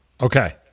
Okay